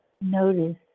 notice